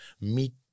meet